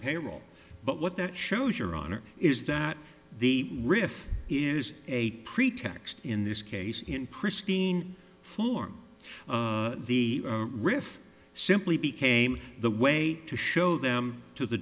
payroll but what that shows your honor is that the riff is a pretext in this case in pristine form the riff simply became the way to show them to the